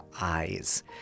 eyes